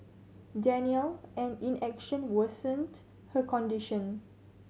denial and inaction worsened her condition